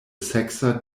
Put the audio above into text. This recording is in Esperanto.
seksa